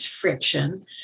friction